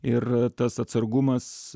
ir tas atsargumas